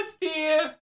dear